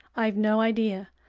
i've no idea,